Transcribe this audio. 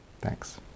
Thanks